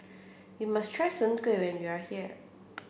you must try Soon Kueh when you are here